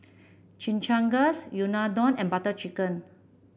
Chimichangas Unadon and Butter Chicken